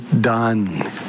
done